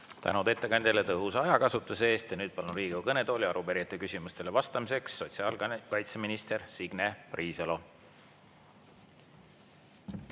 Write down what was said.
Tänu ettekandjale tõhusa ajakasutuse eest! Nüüd palun Riigikogu kõnetooli arupärijate küsimustele vastamiseks sotsiaalkaitseminister Signe Riisalo.